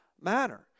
manner